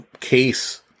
case